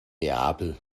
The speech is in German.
neapel